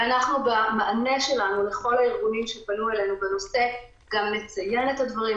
ואנחנו במענה שלו לכל הארגונים שפנו אלינו בנושא גם נציין את הדברים.